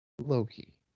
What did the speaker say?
Loki